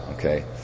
Okay